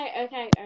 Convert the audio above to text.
okay